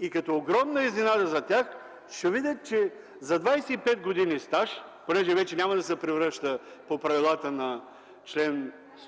и като огромна изненада за тях ще видят, че за 25 години стаж, понеже вече няма да се превръща по правилата на чл.